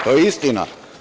To je istina.